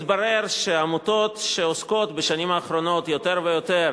התברר שעמותות שעוסקות בשנים האחרונות יותר ויותר